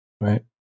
right